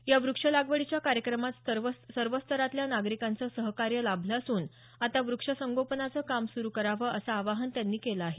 या वृक्ष लागवडीच्या कार्यक्रमात सर्व स्तरातल्या नागरिकांचं सहकार्य लाभलं असून आता व्रक्षसंगोपनाचं काम सुरु करावं असं आवाहन त्यांनी केलं आहे